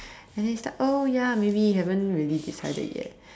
and then he's like oh ya maybe haven't really decided yet